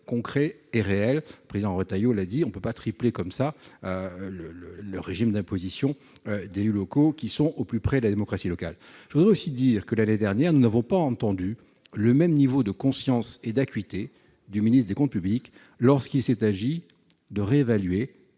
concret et réel. Le président Retailleau l'a dit : on ne peut tripler ainsi le régime d'imposition des élus locaux, qui sont au plus près de la démocratie locale. Je note également que, l'année dernière, nous n'avons pas assisté au même niveau de prise de conscience et d'acuité du ministre de l'action et des comptes publics lorsqu'il s'est agi de réévaluer